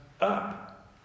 up